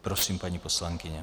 Prosím, paní poslankyně.